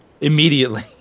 immediately